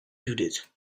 judith